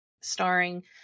starring